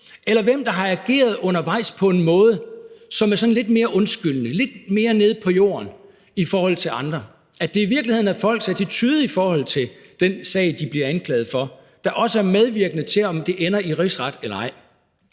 eller hvem der har ageret undervejs på en måde, som er sådan lidt mere undskyldende, lidt mere nede på jorden i forhold til andre, altså at det i virkeligheden er folks attitude i forhold til den sag, de bliver anklaget for, der også er medvirkende til, om den ender i Rigsretten eller ej.